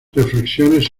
reflexiones